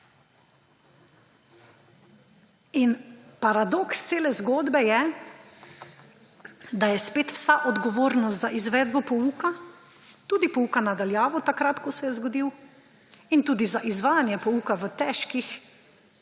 Paradoks cele zgodbe je, da je spet vsa odgovornost za izvedbo pouka tudi pouka na daljavo takrat, ko se je zgodil, in tudi za izvajanje pouka v težkih